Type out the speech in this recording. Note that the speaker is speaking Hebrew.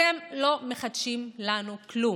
אתם לא מחדשים לנו כלום,